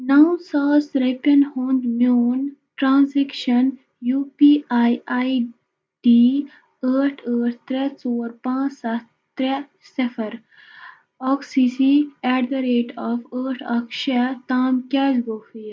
نَو ساس رۄپِیَن ہُنٛد میون transaction U P I I D ٲٹھ ٲٹھ ترٛےٚ ژور پانٛژھ سَتھ ترٛےٚ صِفَر okay C C at the rate of ٲٹھ اَکھ شےٚ اَکھ تام کیٛازِ گوٚو فے